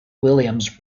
williams